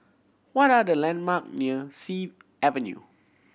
what are the landmark near Sea Avenue